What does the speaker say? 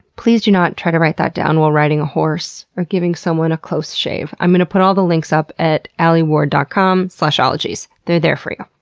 please do not try to write that down while riding a horse or giving someone a close shave. i'm gonna put all the links up at alieward dot com slash ologies. they're there for you.